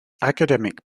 academic